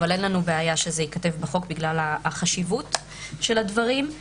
אבל אין לנו בעיה שזה ייכתב בחוק בגלל החשיבות של הדברים.